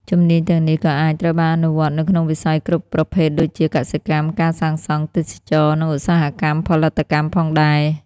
ជំនាញទាំងនេះក៏អាចត្រូវបានអនុវត្តនៅក្នុងវិស័យគ្រប់ប្រភេទដូចជា កសិកម្ម ការសាងសង់ ទេសចរណ៍ និងឧស្សាហកម្មផលិតកម្មផងដែរ។